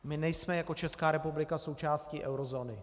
My nejsme jako Česká republika součástí eurozóny.